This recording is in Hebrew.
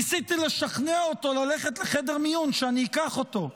ניסיתי לשכנע אותו ללכת לחדר מיון, שאני אקח אותו.